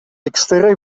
eksteraj